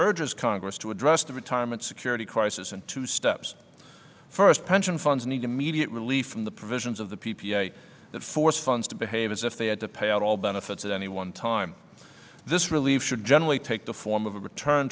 urges congress to address the retirement security crisis in two steps first pension funds need immediate relief from the provisions of the p p a that forced funds to behave as if they had to pay out all benefits at any one time this really should generally take the form of a return